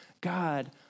God